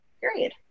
period